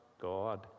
God